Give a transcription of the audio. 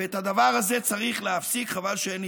ואת הדבר הזה צריך להפסיק בשני המובנים".